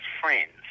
friends